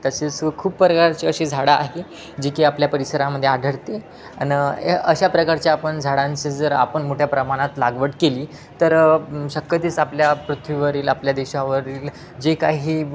तसेच खूप प्रकारची अशी झाडं आहे जी की आपल्या परिसरामध्ये आढळते आणि अशा प्रकारचे आपण झाडांचे जर आपण मोठ्या प्रमाणात लागवड केली तर शक्यतोच आपल्या पृथ्वीवरील आपल्या देशावरील जे काही